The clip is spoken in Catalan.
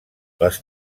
les